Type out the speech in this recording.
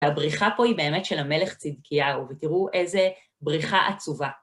והבריכה פה היא באמת של המלך צדקיהו, ותראו איזה בריכה עצובה.